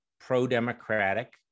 pro-democratic